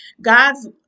God's